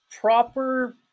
proper